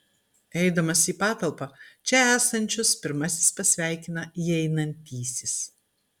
įeidamas į patalpą čia esančius pirmasis pasveikina įeinantysis